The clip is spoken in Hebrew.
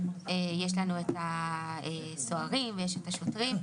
יש לנו את הסוהרים ואת השוטרים,